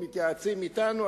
מתייעצים אתנו,